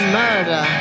murder